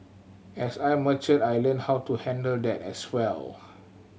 as I matured I learnt how to handle that as well